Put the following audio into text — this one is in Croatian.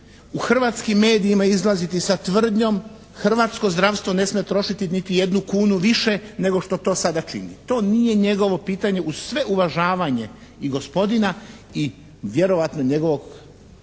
u hrvatskim medijima izlaziti sa tvrdnjom, hrvatsko zdravstvo ne smije trošiti niti jednu kunu više nego što to sada čini. To nije njegovo pitanje uz sve uvažavanje i gospodina i vjerojatno njegovog